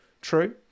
true